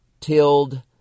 tilled